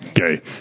Okay